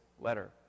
letter